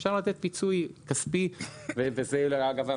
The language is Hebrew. אפשר לתת פיצוי כספי ועל זה אגב,